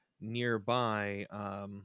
nearby